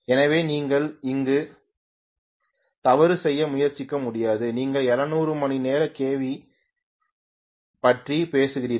எனவே நீங்கள் அங்கு தவறு செய்ய முயற்சிக்க முடியாது நீங்கள் 700 மணிநேர kV பற்றி பேசுகிறீர்கள்